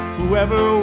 Whoever